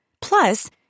Plus